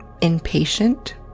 impatient